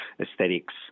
aesthetics